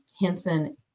Henson